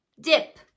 dip